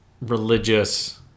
religious